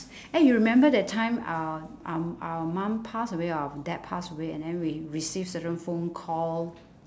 eh you remember that time our our our mum passed away or dad passed away and then we received certain phone call